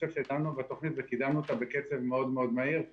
חושב שקידמנו אותה בקצב מאוד מאוד מהיר,